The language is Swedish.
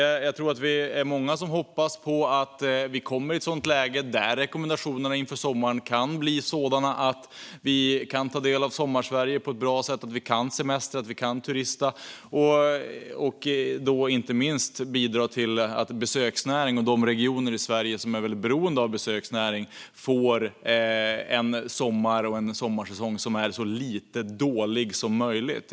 Jag tror att vi är många som hoppas på ett läge där rekommendationerna inför sommaren kan bli sådana att vi kan ta del av Sommarsverige på ett bra sätt, att vi kan semestra och turista och inte minst bidra till att besöksnäringen och de regioner i Sverige som är beroende av besöksnäringen får en sommarsäsong som är så lite dålig som möjligt.